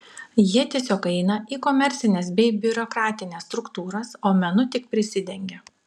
jie tiesiog eina į komercines bei biurokratines struktūras o menu tik prisidengia